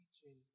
teaching